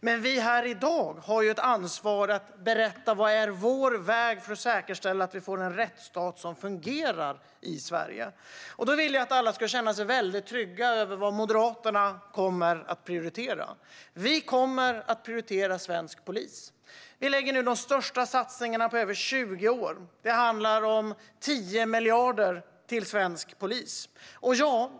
Men här i dag har vi ansvar för att berätta vad som är vår väg för att säkerställa att vi får en rättsstat som fungerar i Sverige. Jag vill att alla ska känna sig trygga med vad Moderaterna kommer att prioritera. Vi kommer att prioritera svensk polis. Vi lägger nu fram förslag på de största satsningarna på över 20 år. Det handlar om 10 miljarder till svensk polis.